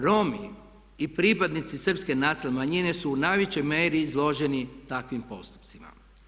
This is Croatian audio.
Romi i pripadnici Srpske nacionalne manjine su u najvećoj mjeri izloženi takvim postupcima.